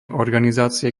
organizácie